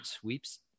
sweeps